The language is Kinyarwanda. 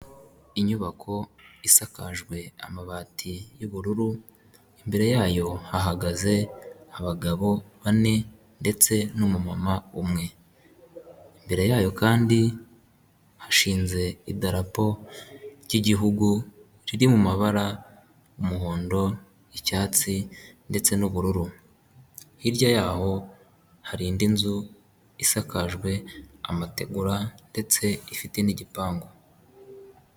Inyubako isakajwe amabati y'ubururu imbere yayo hahagaze abagabo bane ndetse n'umumama umwe. Imbere yayo kandi hashinze idarapo ry'igihugu riri mu mabara y'umuhondo ,icyatsi ndetse n'ubururu. Hirya yaho hari indi nzu isakajwe amategura, ndetse ifite n'igipangu.